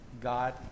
God